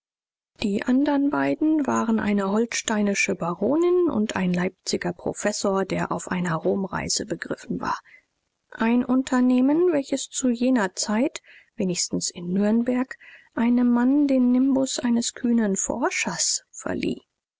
die andern beiden waren eine holsteinische baronin und ein leipziger professor der auf einer romreise begriffen war ein unternehmen welches zu jener zeit wenigstens in nürnberg einem mann den nimbus eines kühnen forschers verlieh